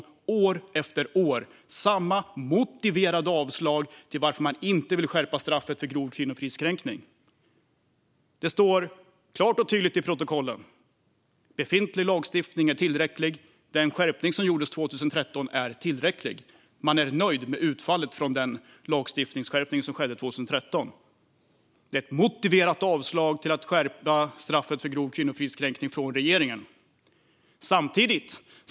Det har år efter år varit samma motiverade avslag till varför man inte vill skärpa straffet för grov kvinnofridskränkning. Det står klart och tydligt i protokollen att befintlig lagstiftning är tillräcklig och att den skärpning som gjordes 2013 är tillräcklig. Man är nöjd med utfallet från den skärpning av lagstiftningen som skedde 2013. Det är ett motiverat avslag till att skärpa straffet för grov kvinnofridskränkning från regeringen.